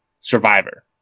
Survivor